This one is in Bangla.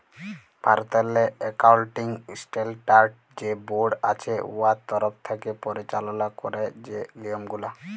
ভারতেরলে একাউলটিং স্টেলডার্ড যে বোড় আছে উয়ার তরফ থ্যাকে পরিচাললা ক্যারে যে লিয়মগুলা